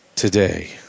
Today